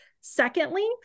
Secondly